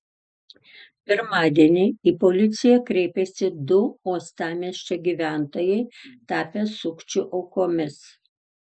pirmadienį į policiją kreipėsi du uostamiesčio gyventojai tapę sukčių aukomis